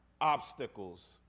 obstacles